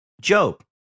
Job